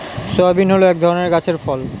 soybean হল এক ধরনের গাছের ফল